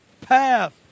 path